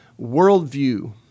worldview